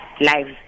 lives